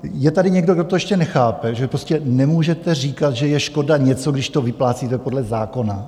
Je tady někdo, kdo to ještě nechápe, že prostě nemůžete říkat, že je škoda něco, když to vyplácíte podle zákona?